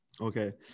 Okay